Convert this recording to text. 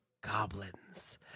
goblins